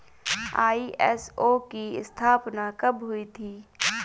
ISO की स्थापना कब हुई थी?